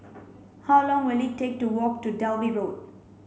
how long will it take to walk to Dalvey Road